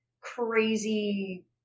crazy